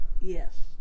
Yes